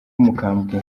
umukambwe